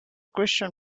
christian